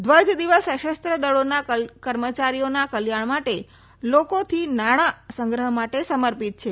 ધ્વજ દિવસ સશસ્ત્ર દળોના કર્મચારીઓના કલ્યાણ માટે લોકોથી નાણાં સંગ્રહ માટે સમર્પિત છે